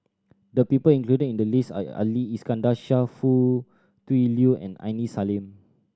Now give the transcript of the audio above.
the people included in the list are Ali Iskandar Shah Foo Tui Liew and Aini Salim